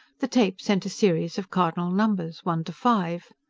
the tape sent a series of cardinal numbers one to five.